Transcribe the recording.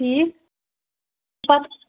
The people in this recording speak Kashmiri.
ٹھیٖک پَتہٕ